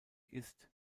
ist